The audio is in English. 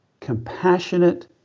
compassionate